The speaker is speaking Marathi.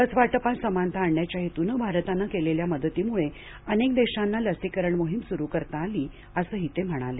लस वाटपात समानता आणण्याच्या हेतूनं भारतानं केलेल्या मदतीमुळं अनेक देशांना लसीकरण मोहीम सुरू करता आली असंही ते म्हणाले